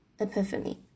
epiphany